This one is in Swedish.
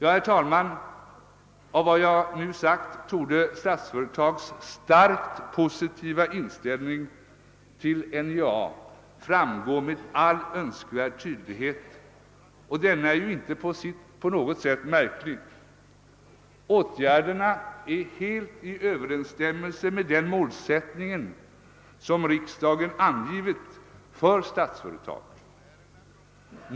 Av vad jag nu sagt torde Statsföretags starkt positiva inställning till NJA med all önskvärd tydlighet framgå. Denna inställning är ju inte på något sätt märklig. Åtgärderna är helt i enlighet med den målsättning som riksdagen angivit för Statsföretag.